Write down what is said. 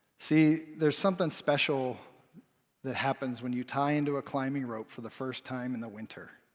see, there's something special that happens when you tie into a climbing rope for the first time in the winter.